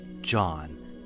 John